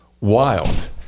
wild